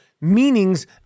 meanings